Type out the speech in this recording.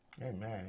Amen